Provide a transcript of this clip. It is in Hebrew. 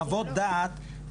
חוות דעת,